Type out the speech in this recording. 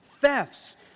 thefts